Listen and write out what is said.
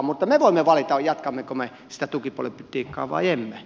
mutta me voimme valita jatkammeko me sitä tukipolitiikkaa vai emme